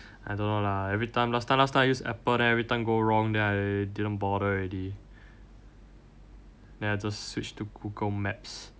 I don't know lah every time last time I use Apple then every time go wrong then I didn't bother already then I just switch to Google maps